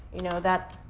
you know, that.